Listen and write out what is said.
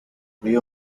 uyu